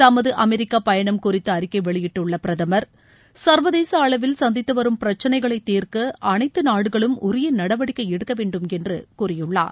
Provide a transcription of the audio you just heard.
தமது அமெரிக்கப் பயணம் குறித்து அறிக்கை வெளியிட்டுள்ள பிரதம் சங்வதேச அளவில் சந்தித்துவரும் பிரச்சனைகளை தீர்க்க அனைத்து நாடுகளும் உரிய நடவடிக்கை எடுக்க வேண்டுமென என்று கூறியுள்ளார்